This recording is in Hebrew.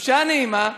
חופשה נעימה,